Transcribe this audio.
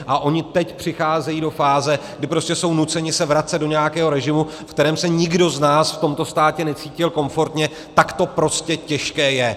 A oni teď přicházejí do fáze, kdy prostě jsou nuceni se vracet do nějakého režimu, v kterém se nikdo z nás v tomto státě necítil komfortně, tak to prostě těžké je.